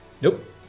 Nope